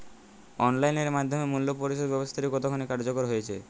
Online এর মাধ্যমে মূল্য পরিশোধ ব্যাবস্থাটি কতখানি কার্যকর হয়েচে?